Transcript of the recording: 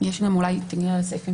--- מעסקאות